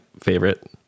favorite